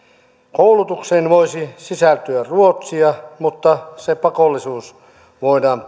koulutukseen voisi sisältyä ruotsia mutta se pakollisuus voidaan